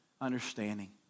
understanding